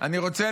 -- השר קיבל את